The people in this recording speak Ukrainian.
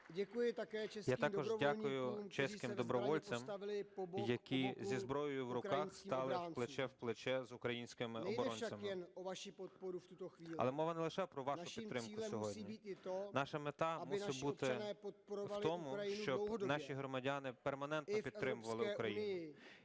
Я також дякую чеським добровольцям, які зі зброєю в руках стали плече-в-плече з українськими оборонцями. Але мова не лише про вашу підтримку сьогодні. Наша мета мусить бути в тому, щоб наші громадяни перманентно підтримували Україну.